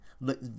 look